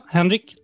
Henrik